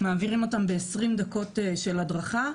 מעבירים אותן ב-20 דקות של הדרכה,